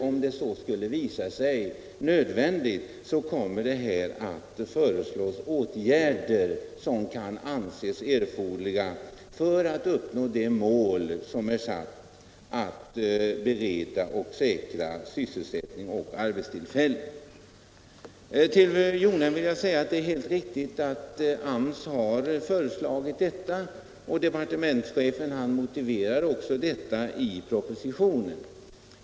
Om det visar sig nödvändigt kommer givetvis åtgärder att föreslås för att underlätta det uppsatta målet, nämligen att bereda arbetstillfällen och att säkra sysselsättningen. Sedan är det väl alldeles riktigt som fru Jonäng säger, att AMS själv har föreslagit den gemensamma anslagsposten, och departementschefen motiverar också detta i propositionen.